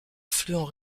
affluent